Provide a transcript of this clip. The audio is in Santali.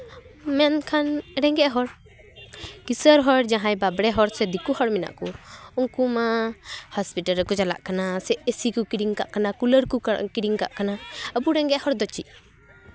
ᱢᱮᱱᱠᱷᱟᱱ ᱨᱮᱸᱜᱮᱡ ᱦᱚᱲ ᱠᱤᱥᱟᱹᱬ ᱦᱚᱲ ᱡᱟᱦᱟᱸᱭ ᱵᱟᱸᱵᱽᱲᱮ ᱦᱚᱲ ᱥᱮ ᱫᱤᱠᱩ ᱦᱚᱲ ᱢᱮᱱᱟᱜ ᱠᱚ ᱩᱱᱠᱩ ᱢᱟ ᱦᱚᱥᱯᱤᱴᱟᱞ ᱨᱮᱠᱚ ᱪᱟᱞᱟᱜ ᱠᱟᱱᱟ ᱥᱮ ᱮᱥᱤ ᱠᱚ ᱠᱤᱨᱤᱧ ᱠᱟᱜ ᱠᱟᱱᱟ ᱠᱩᱞᱟᱹᱨ ᱠᱚ ᱠᱤᱨᱤᱧ ᱠᱟᱜ ᱠᱟᱱᱟ ᱟᱵᱚ ᱨᱮᱸᱦᱮᱡ ᱦᱚᱲ ᱫᱚ ᱪᱮᱫ